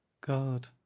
God